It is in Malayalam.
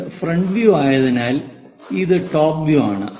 ഇത് ഫ്രണ്ട് വ്യൂ ആയതിനാൽ ഇത് ടോപ് വ്യൂയാണ്